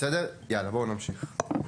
נמשיך.